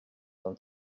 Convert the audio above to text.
than